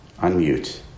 Unmute